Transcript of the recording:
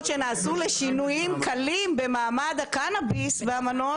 שנעשו לשינויים קלים במעמד הקנאביס באמנות,